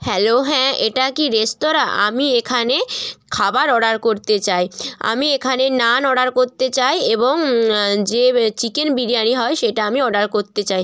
hello হ্যাঁ এটা কি রেস্তোরাঁ আমি এখানে খাবার অর্ডার করতে চাই আমি এখানে নান অর্ডার করতে চাই এবং যে চিকেন বিরিয়ানি হয় সেটা আমি অর্ডার করতে চাই